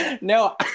No